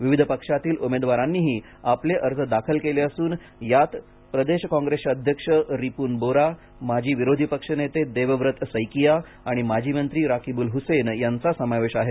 विविध पक्षांतील उमेदवारांनीही आपले अर्ज दाखल केले असून यात प्रदेश कॉंग्रेसचे अध्यक्ष रिपुन बोरा माजी विरोधी पक्षनेते देवव्रत सैकिया आणि माजी मंत्री राकीबुल हुसेन यांचा समावेश आहे